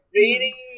reading